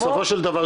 בסופו של דבר,